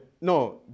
no